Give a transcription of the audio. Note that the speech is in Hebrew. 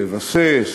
לבסס,